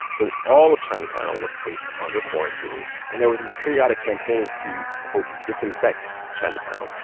so all of chinatown was placed under quarantine. and there were these periodic campaigns to, quote, disinfect chinatown,